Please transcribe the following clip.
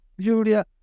Julia